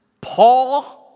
Paul